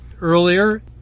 earlier